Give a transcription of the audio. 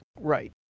Right